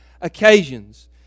occasions